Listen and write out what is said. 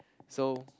so